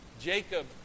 Jacob